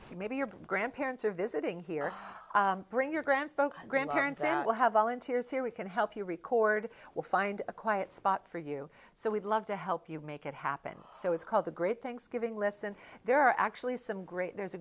to maybe your grandparents are visiting here bring your grandfather grandparents and we'll have volunteers here we can help you record we'll find a quiet spot for you so we'd love to help you make it happen so it's called the great thanksgiving listen there are actually some great there's a